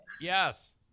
Yes